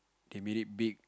they made it big